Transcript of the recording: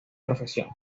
profesión